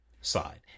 side